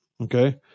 Okay